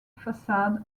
facade